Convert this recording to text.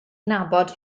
nabod